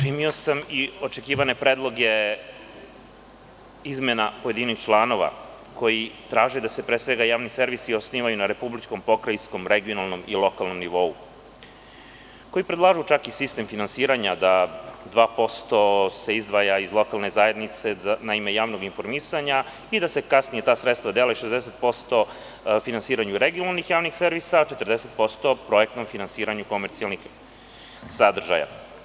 Primio sam i očekivane predloge izmena pojedinih članova, koji traže da se pre svega javni servisi osnivaju na republičkom, pokrajinskom, regionalnom i lokalnom nivou, koji predlažu čak i sistem finansiranja, da se 2% izdvaja iz lokalne zajednice na ime javnog informisanja i da se kasnije ta sredstva dele, 60% finansiranju regionalnih javnih servisa a 40% projektnom finansiranju komercijalnih sadržaja.